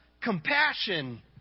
compassion